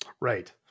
Right